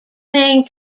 main